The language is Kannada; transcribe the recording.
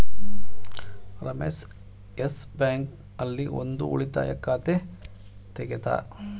ರಮೇಶ ಯೆಸ್ ಬ್ಯಾಂಕ್ ಆಲ್ಲಿ ಒಂದ್ ಉಳಿತಾಯ ಖಾತೆ ತೆಗೆದ